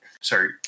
sorry